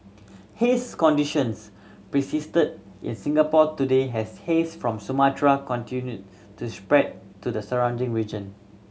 haze conditions persisted in Singapore today as haze from Sumatra continued to spread to the surrounding region